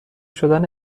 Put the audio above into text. شدن